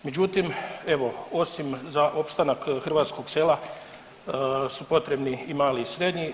Međutim evo osim za opstanak hrvatskog sela su potrebni i mali i srednji.